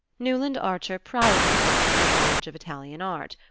newland archer prided himself on his knowledge of italian art.